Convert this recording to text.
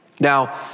Now